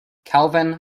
kelvin